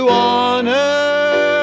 honor